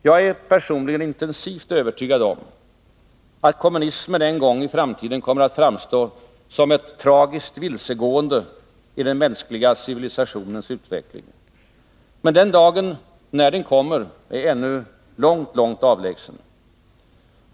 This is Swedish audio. Jag är personligen intensivt övertygad om att kommunismen en gång i framtiden kommer att framstå som ett tragiskt vilsegående i den mänskliga civilisationens utveckling. Men den dagen — när den kommer — är ännu långt avlägsen.